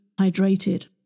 hydrated